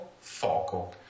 foco